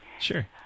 Sure